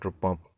Pump